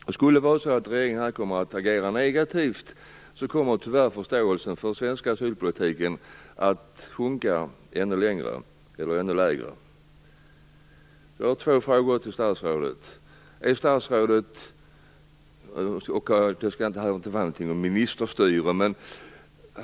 Om regeringen kommer att agera negativt, kommer tyvärr förståelsen för den svenska asylpolitiken att minska ytterligare. Jag har två frågor till statsrådet. De skall inte leda fram till något ministerstyre.